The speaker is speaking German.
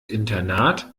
internat